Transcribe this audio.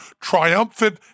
triumphant